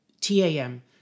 t-a-m